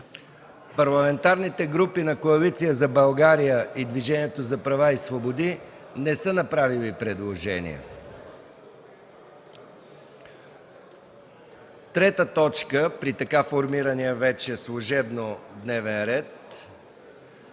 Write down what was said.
Парламентарните групи на Коалиция за България и Движението за права и свободи не са направили предложения. Трета точка при така формирания вече служебно дневен ред